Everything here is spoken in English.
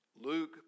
Luke